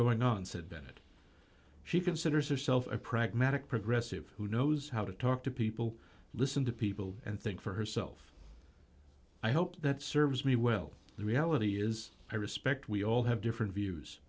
going on said bennett she considers herself a pragmatic progressive who knows how to talk to people listen to people and think for herself i hope that serves me well the reality is i respect we all have different views